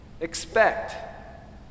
Expect